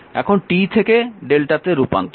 এখন T থেকে Δ তে রূপান্তর